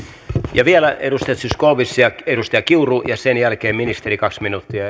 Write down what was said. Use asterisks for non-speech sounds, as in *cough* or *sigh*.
ja vielä edustajat zyskowicz ja kiuru ja sen jälkeen ministeri kaksi minuuttia *unintelligible*